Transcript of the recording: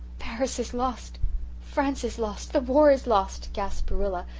paris is lost france is lost the war is lost, gasped rilla,